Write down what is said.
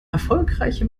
erfolgreiche